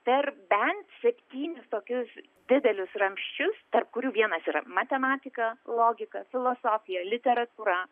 per bent septynis tokius didelius ramsčius tarp kurių vienas yra matematika logika filosofija literatūra